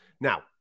Now